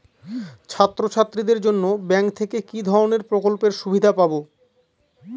ছাত্রছাত্রীদের জন্য ব্যাঙ্ক থেকে কি ধরণের প্রকল্পের সুবিধে পাবো?